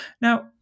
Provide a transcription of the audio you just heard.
Now